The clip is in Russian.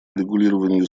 урегулированию